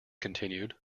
continued